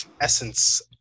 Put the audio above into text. essence